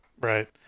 Right